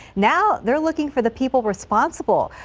now they're looking for the people responsible,